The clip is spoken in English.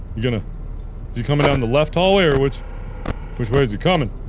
gonna is he coming down the left hallway or which which way is he coming?